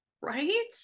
right